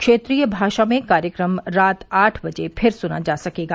क्षेत्रीय भाषा में कार्यक्रम रात आठ बजे फिर सुना जा सकेगा